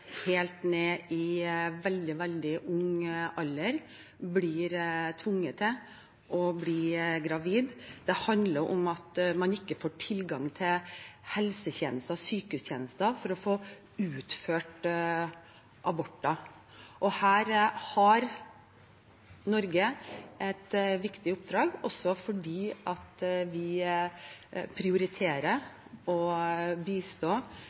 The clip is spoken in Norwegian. helt ned i veldig, veldig ung alder blir tvunget til å bli gravide. Det handler om at man ikke får tilgang til helsetjeneste og sykehustjeneste for å få utført abort. Her har Norge et viktig oppdrag, også fordi vi prioriterer å bistå